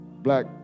black